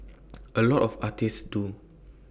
A lot of artists do